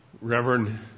Reverend